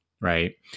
right